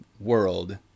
world